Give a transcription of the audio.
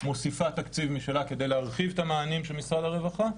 מוסיפה תקציב משלה כדי להרחיב את המענים של משרד הרווחה.